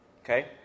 okay